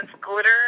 glitter